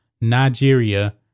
Nigeria